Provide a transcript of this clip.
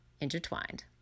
intertwined